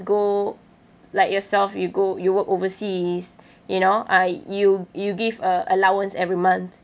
go like yourself you go you work overseas you know uh you you give a allowance every month